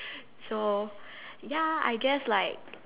so ya I guess like